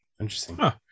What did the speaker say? interesting